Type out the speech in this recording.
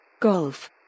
Golf